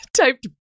typed